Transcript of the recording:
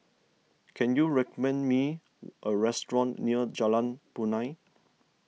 can you recommend me a restaurant near Jalan Punai